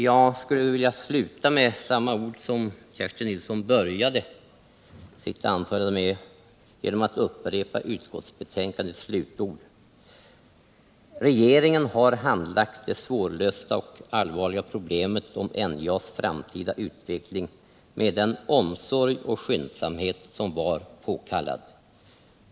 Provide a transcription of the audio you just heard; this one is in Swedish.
Jag skulle vilja sluta med samma ord som Kerstin Nilsson började sitt anförande med genom att upprepa utskottsbetänkandets slutord, nämligen ”att regeringen handlagt det svårlösta och allvarliga problemet om NJA:s framtida utveckling med den omsorg och skyndsamhet som varit påkallad.